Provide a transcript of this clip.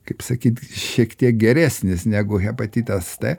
kaip sakyt šiek tiek geresnis negu hepatitas c